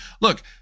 Look